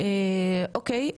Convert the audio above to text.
אוקיי,